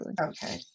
Okay